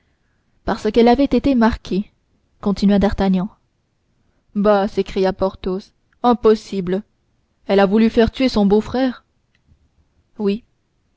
parce qu'elle avait été marquée continua d'artagnan bah s'écria porthos impossible elle a voulu faire tuer son beau-frère oui